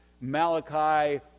malachi